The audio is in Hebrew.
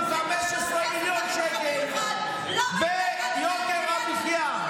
למה לא הצגתם לנו 15 מיליון שקל ביוקר המחיה?